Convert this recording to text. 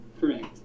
Correct